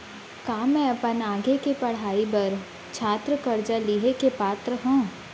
का मै अपन आगे के पढ़ाई बर छात्र कर्जा लिहे के पात्र हव?